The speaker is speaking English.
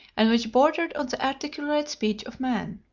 and which bordered on the articulate speech of man.